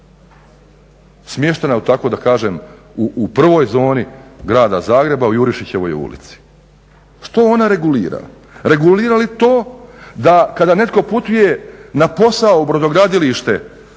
da kažem u prvoj zoni grada Zagreba, u Jurišićevoj ulici. Što ona regulira? Regulira to da kada netko putuje na posao u brodogradilište